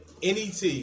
NET